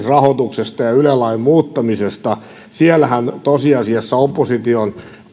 rahoituksesta ja yle lain muuttamisesta siellähän tosiasiassa opposition